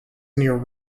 near